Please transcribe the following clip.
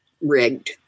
rigged